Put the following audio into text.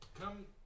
come